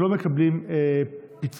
שלא מקבלים פיצוי,